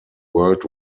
world